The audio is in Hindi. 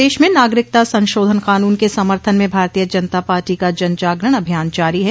प्रदेश में नागरिकता संशोधन कानून के समर्थन में भारतीय जनता पार्टी का जन जागरण अभियान जारी है